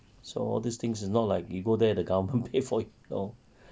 so all these things it's not like you go there the government pay for you you know